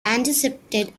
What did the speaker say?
anticipated